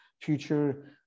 future